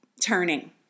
turning